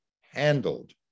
handled